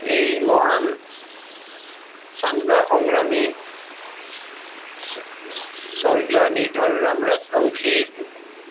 এই মহান স্বাধীনতা সংগ্ৰামী স্বৰ্গীয় নিধাৰুৰাম ৰাজবংশীৰ